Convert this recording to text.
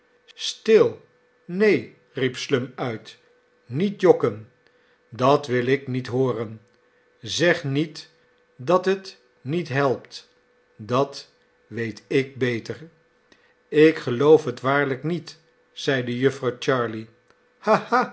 stil neen riep slum uit niet jokken dat wil ik niet hooren zeg niet dat het niet helpt dat weet ik beter ik geloof het waarlijk niet zeide jufvrouw